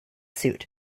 suit